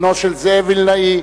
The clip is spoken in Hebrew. בנו של זאב וילנאי,